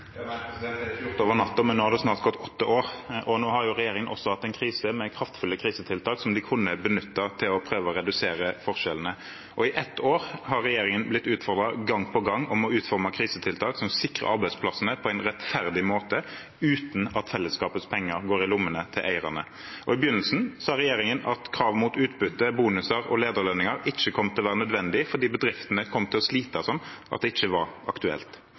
det er ikke gjort over natta, men nå har det snart gått åtte år, og nå har jo regjeringen også hatt en krise med kraftfulle krisetiltak som de kunne benyttet til å prøve å redusere forskjellene. I ett år har regjeringen blitt utfordret gang på gang om å utforme krisetiltak som sikrer arbeidsplassene på en rettferdig måte uten at fellesskapets penger går i lommene til eierne. I begynnelsen sa regjeringen at krav mot utbytte, bonuser og lederlønninger ikke kom til å være nødvendig fordi bedriftene kom til å slite sånn at det ikke var aktuelt.